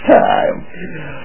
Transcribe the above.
time